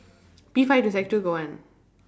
P five to sec two got one